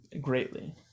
greatly